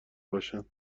باشند